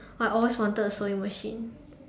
I always wanted a sewing machine